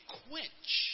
quench